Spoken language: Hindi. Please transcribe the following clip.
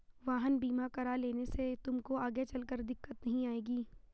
वाहन बीमा करा लेने से तुमको आगे चलकर दिक्कत नहीं आएगी